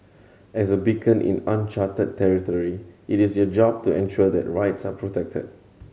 as a beacon in uncharted territory it is your job to ensure that rights are protected